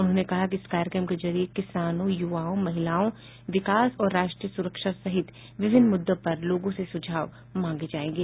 उन्होंने कहा कि इस कार्यक्रम के जरिए किसानों युवाओं महिलाओं विकास और राष्ट्रीय सुरक्षा सहित विभिन्न मुद्दों पर लोगों से सुझाव मांगे जायेंगे